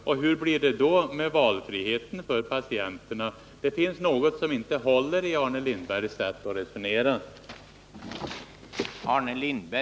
Och hur blir det då med valfriheten för patienterna? Det — den vid sjukhusen, finns något i Arne Lindbergs sätt att resonera som inte håller.